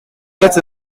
gets